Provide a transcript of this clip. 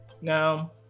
Now